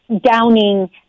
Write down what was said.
downing